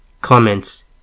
Comments